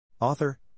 Author